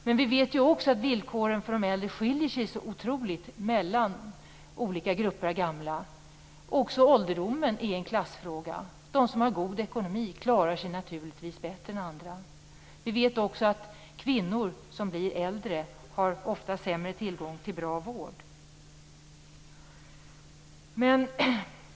Men vi vet också att villkoren skiljer sig otroligt mycket mellan olika grupper av gamla. Också ålderdomen är en klassfråga. De som har god ekonomi klarar sig naturligtvis bättre än andra. Vi vet också att kvinnor som blir äldre ofta har sämre tillgång till bra vård.